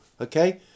okay